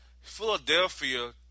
Philadelphia